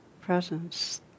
presence